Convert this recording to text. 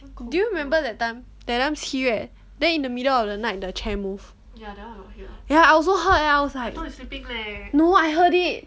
do you remember that time that time 七月 then in the middle of the night the chair moved ya I also heard I was like no I heard it